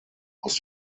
aus